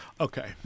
Okay